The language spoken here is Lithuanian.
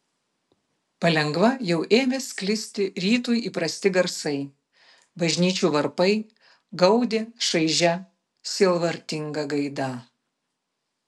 palengva jau ėmė sklisti rytui įprasti garsai bažnyčių varpai gaudė šaižia sielvartinga gaida